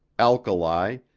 alkali,